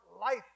life